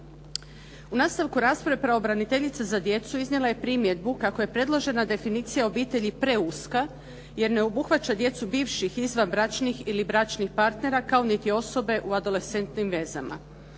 U nastavku rasprave pravobraniteljica za djecu iznijela je primjedbu kako je predložena definicija obitelji preuska jer ne obuhvaća djecu bivših izvanbračnih ili bračnih partnera kao niti osobe u adolescentnim vezama.